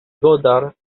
goddard